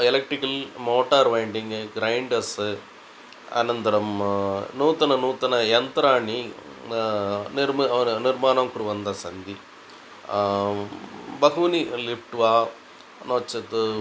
electrical motor winding grinds अनन्तरं नूतननूतनयन्त्राणि निर्मि निर्माणं कुर्वन्तस्सन्ति बहूनि लिफ़्ट् वा नो चेत्